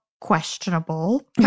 questionable